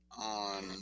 on